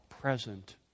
present